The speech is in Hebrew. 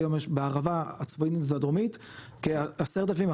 היום יש בערבה הצפונית והדרומית כ-10-11